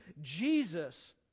Jesus